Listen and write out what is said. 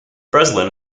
breslin